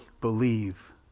believe